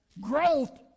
Growth